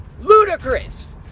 Ludicrous